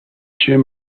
jim